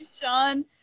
Sean